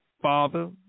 father